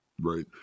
Right